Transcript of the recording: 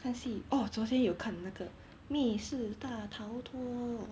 看戏哦昨天有看那个密室大逃脱